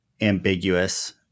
ambiguous